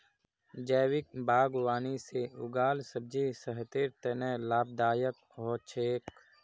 जैविक बागवानी से उगाल सब्जी सेहतेर तने लाभदायक हो छेक